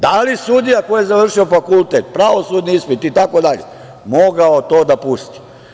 Da li je sudija koji je završio fakultet, pravosudni ispit itd, mogao to da pusti?